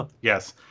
Yes